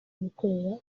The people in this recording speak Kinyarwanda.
bikorera